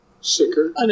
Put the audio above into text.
sicker